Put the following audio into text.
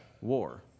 war